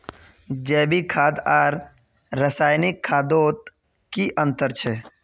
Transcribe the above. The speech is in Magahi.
जैविक खाद आर रासायनिक खादोत की अंतर छे?